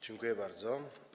Dziękuję bardzo.